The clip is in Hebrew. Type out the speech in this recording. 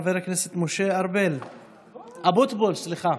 חבר הכנסת משה ארבל, אבוטבול, סליחה.